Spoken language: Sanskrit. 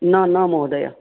न न महोदय